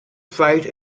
fight